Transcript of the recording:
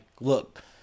look